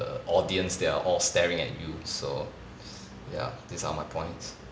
the audience that are all staring at you so ya these are my points